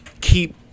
keep